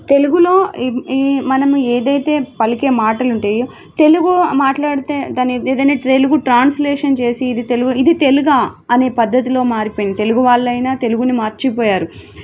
తెలుగులో మనము ఏదైతే పలికే మాటలుంటాయో తెలుగు మాట్లాడితే దాన్ని ఏదైన్న తెలుగు ట్రాన్స్లేషన్ చేసి ఇది తెలుగు ఇది తెలుగా అనే పద్ధతిలో మారిపోయింది తెలుగు వాళ్ళయినా తెలుగుని మర్చిపోయారు